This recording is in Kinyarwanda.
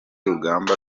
urugamba